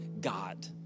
God